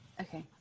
Okay